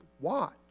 watch